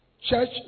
Church